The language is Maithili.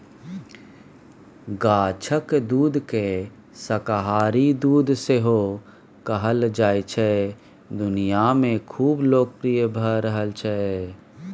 गाछक दुधकेँ शाकाहारी दुध सेहो कहल जाइ छै दुनियाँ मे खुब लोकप्रिय भ रहल छै